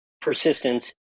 Persistence